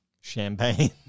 Champagne